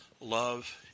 love